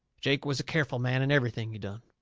jake was a careful man in everything he done.